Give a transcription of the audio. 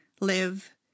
live